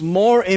more